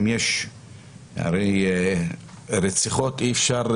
הרי רציחות אי-אפשר,